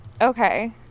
Okay